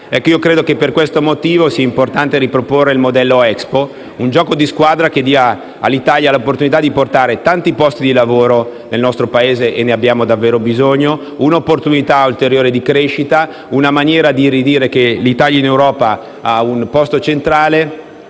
problemi. Per questo motivo penso sia importante riproporre il modello Expo: un gioco di squadra che dia all'Italia la possibilità di offrire tanti posti di lavoro nel nostro Paese - e ne abbiamo davvero bisogno - un'opportunità ulteriore di crescita per ridire che l'Italia in Europa ha un posto centrale